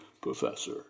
Professor